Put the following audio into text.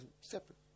separate